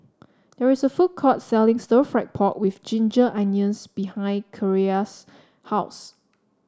there is a food court selling Stir Fried Pork with Ginger Onions behind Kierra's house